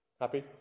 Happy